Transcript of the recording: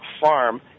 farm